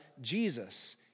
Jesus